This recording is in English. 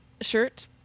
shirt